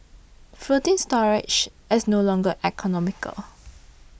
floating storage is no longer economical